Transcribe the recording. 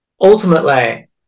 ultimately